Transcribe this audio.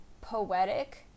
poetic